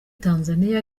tanzania